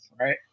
right